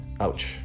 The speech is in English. Ouch